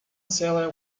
sailor